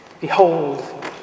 Behold